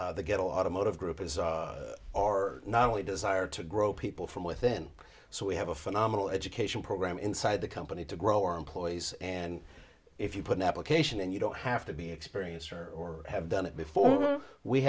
the get automotive group or not only desire to grow people from within so we have a phenomenal education program inside the company to grow our employees and if you put an application and you don't have to be experienced or have done it before we